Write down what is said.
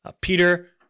Peter